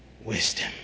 wisdom